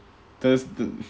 that's the